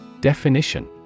Definition